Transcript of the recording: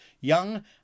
young